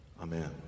Amen